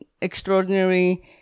extraordinary